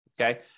Okay